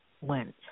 went